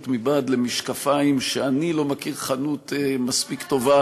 מבעד למשקפיים שאני לא מכיר חנות מספיק טובה